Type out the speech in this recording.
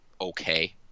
okay